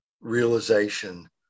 realization